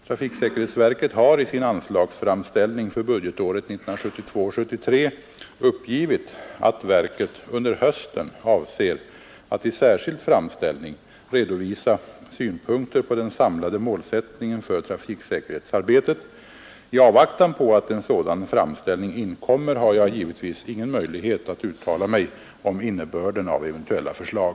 Trafiksäkerhetsverket har i sin anslagsframställning för budgetåret 1972/73 uppgivit att verket under hösten avser att i särskild framställning redovisa synpunkter på den samlade målsättningen för trafiksäkerhetsarbetet. I avvaktan på att en sådan framställning inkommer har jag givetvis ingen möjlighet att uttala mig om innebörden av eventuella förslag.